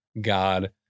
god